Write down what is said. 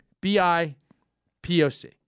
B-I-P-O-C